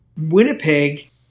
winnipeg